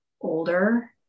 older